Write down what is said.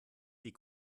die